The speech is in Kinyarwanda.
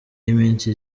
y’iminsi